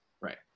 Right